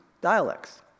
dialects